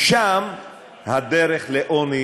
ומשם הדרך לעוני